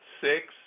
six